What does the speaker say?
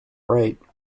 right